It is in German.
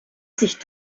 sich